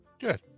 Good